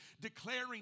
declaring